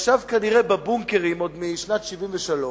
ישב כנראה בבונקרים עוד משנת 1973,